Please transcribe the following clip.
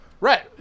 Right